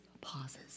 pauses